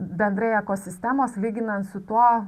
bendrai ekosistemos lyginant su tuo